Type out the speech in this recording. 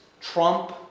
trump